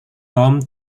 tom